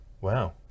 Wow